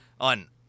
on